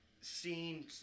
seen